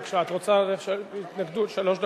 בבקשה, התנגדות שלוש דקות.